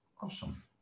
Awesome